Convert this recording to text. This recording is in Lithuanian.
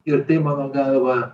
ir tai mano galva